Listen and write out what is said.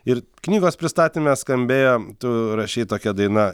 ir knygos pristatyme skambėjo tu rašei tokia daina